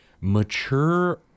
mature